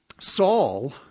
Saul